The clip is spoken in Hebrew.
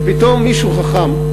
ופתאום מישהו חכם,